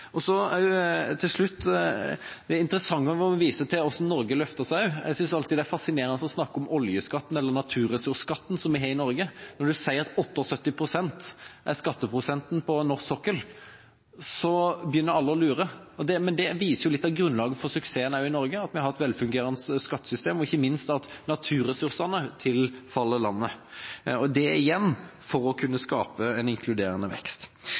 Til slutt: Det er interessant også å vise til hvordan Norge løfter seg. Jeg synes alltid det er fascinerende å snakke om oljeskatten eller naturressursskatten som vi har i Norge. Når man sier at skatteprosenten på norsk sokkel er 78 pst., begynner alle å lure, men det viser jo også litt av grunnlaget for suksessen i Norge: at vi har et velfungerende skattesystem og ikke minst at naturressursene tilfaller landet – det igjen for å kunne skape en inkluderende vekst.